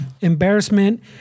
embarrassment